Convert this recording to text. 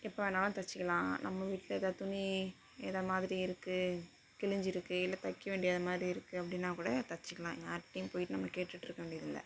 எப்போ வேணாலும் தைச்சிக்கலாம் நம்ம வீட்டில் ஏதாவது துணி இது மாதிரி இருக்குது கிழிஞ்சிருக்கு இல்லை தைக்க வேண்டியது மாதிரி இருக்குது அப்படினாக் கூட தைச்சிக்கலாம் யார்கிட்டையும் போய்கிட்டு நம்ம கேட்டுகிட்ருக்க வேண்டியது இல்லை